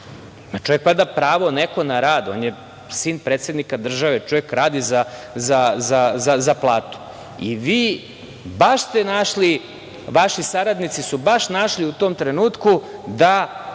čovek pravo na rad, on je sin predsednika države, čovek radi za platu. I vi ste baš našli, vaši saradnici su baš našli u tom trenutku da